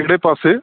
ਕਿਹੜੇ ਪਾਸੇ